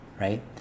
Right